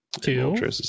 Two